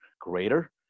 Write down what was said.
greater